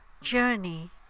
journey